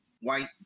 white